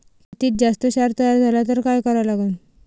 मातीत जास्त क्षार तयार झाला तर काय करा लागन?